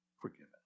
forgiven